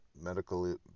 medical